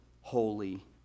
holy